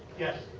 yes.